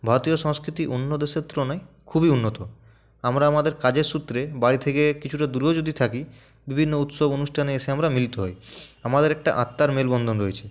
ভারতীয় সংস্কৃতি অন্য দেশের তুলনায় খুবই উন্নত আমরা আমাদের কাজের সূত্রে বাড়ি থেকে কিছুটা দূরেও যদি থাকি বিভিন্ন উৎসব অনুষ্ঠানে এসে আমরা মিলিত হই আমাদের একটা আত্মার মেলবন্ধন রয়েছে